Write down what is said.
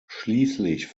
schließlich